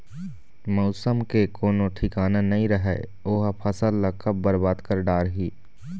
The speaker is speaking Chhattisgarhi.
मउसम के कोनो ठिकाना नइ रहय ओ ह फसल ल कब बरबाद कर डारही